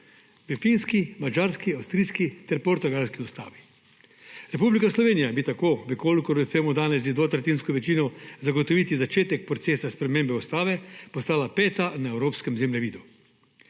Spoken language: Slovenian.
v finski, madžarski, avstrijski ter portugalski ustavi. Republika Slovenija bi tako, v kolikor bi temu danes z dvotretjinsko večino zagotovili začetek procesa spremembe ustave, postala peta na evropskem zemljevidu.